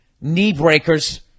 knee-breakers